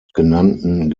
genannten